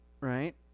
right